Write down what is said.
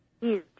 huge